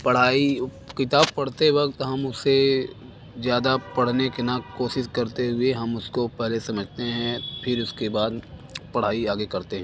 पढ़ाई किताब पढ़ते वक़्त हम उसे जादा पढ़ने की ना कोशिश करते हुए हम उसको पहले समझते हैं फिर उसके बाद पढ़ाई आगे करते हैं